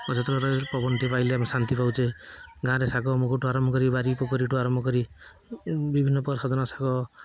ପବନ ଟିକେ ପାଇଲେ ଆମେ ଶାନ୍ତି ପାଉଛେ ଗାଁରେ ଶାଗ ମୁଗ ଠୁ ଆରମ୍ଭ କରି ବାରି ପୋଖରୀଠୁ ଆରମ୍ଭ କରି ବିଭିନ୍ନ ପ୍ରକାର ସଜନା ଶାଗ